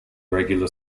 regular